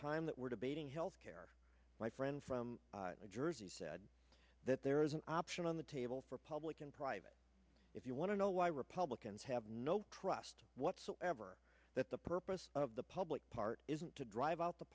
time that we're debating health care my friend from jersey said that there is an option on the table for public and private if you want to know why republicans have no trust whatsoever that the purpose of the public part isn't to drive out the